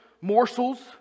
morsels